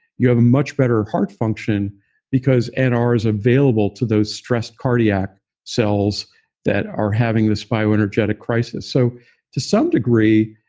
you have a much better of heart function because and nr is available to those stressed cardiac cells that are having this bio-energetic crisis. so to some degree,